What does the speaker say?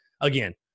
again